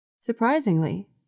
Surprisingly